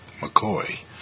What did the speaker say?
McCoy